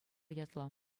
ятлӑ